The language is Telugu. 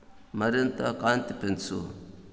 మరింత కాంతి పెంచు